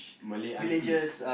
Malay aunties